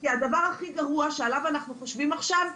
כי הדבר הכי גרוע שעליו אנחנו חושבים עכשיו,